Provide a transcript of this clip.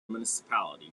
municipality